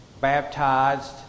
baptized